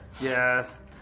Yes